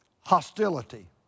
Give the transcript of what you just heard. hostility